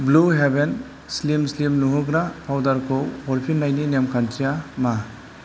blue heaven slim slim नुहोग्रा पाउदारखौ हरफिन्नायनि नेमखान्थिया मा